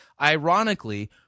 Ironically